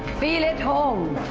feel at home.